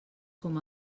com